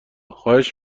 خواهش